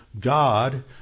God